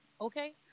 Okay